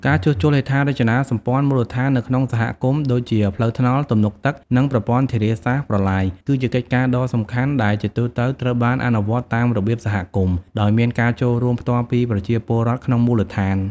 ការជួសជុលហេដ្ឋារចនាសម្ព័ន្ធមូលដ្ឋាននៅក្នុងសហគមន៍ ដូចជាផ្លូវថ្នល់ ទំនប់ទឹក និងប្រព័ន្ធធារាសាស្ត្រ-ប្រឡាយ គឺជាកិច្ចការដ៏សំខាន់ដែលជាទូទៅត្រូវបានអនុវត្តតាមរបៀបសហគមន៍ ដោយមានការចូលរួមផ្ទាល់ពីប្រជាពលរដ្ឋក្នុងមូលដ្ឋាន។